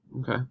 Okay